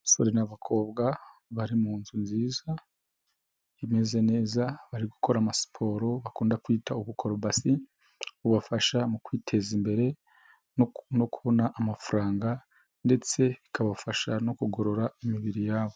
Abasore n'abakobwa bari mu nzu nziza, imeze neza, bari gukora amasiporo bakunda kwita ubukorobasi bubafasha mu kwiteza imbere no kubona amafaranga, ndetse bikabafasha no kugorora imibiri yabo.